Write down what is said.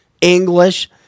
English